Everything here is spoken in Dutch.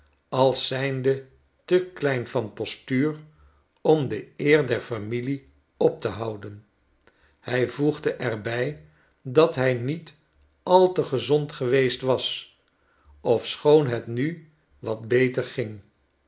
als zijnde te klein van postuur om de eer der familie op te houden hij voegde er bij dat hij niet al te gezond geweest was ofschoon het nu wat beter ging